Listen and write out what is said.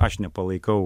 aš nepalaikau